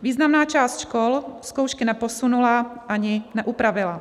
Významná část škol zkoušky neposunula ani neupravila.